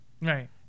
Right